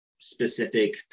specific